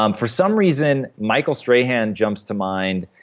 um for some reason, michael strahan jumps to mind.